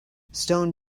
stone